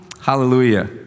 Hallelujah